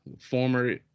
former